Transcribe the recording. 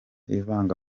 ivanga